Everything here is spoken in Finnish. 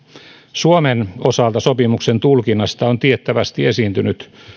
suomen osalta sopimuksen tulkinnasta on tiettävästi esiintynyt